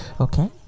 Okay